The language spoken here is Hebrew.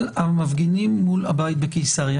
על המפגינים מול הבית בקיסריה?